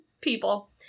people